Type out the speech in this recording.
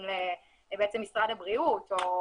משרד הבריאות או